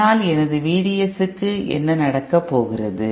ஆனால் எனது VDSக்கு என்ன நடக்கப்போகிறது